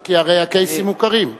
כי הרי הקייסים מוכרים.